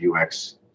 UX